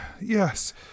Yes